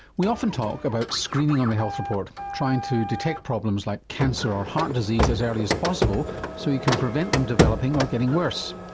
we often talk about screening on the health report trying to detect problems like cancer or heart disease as early as possible so you can prevent them developing or getting worse.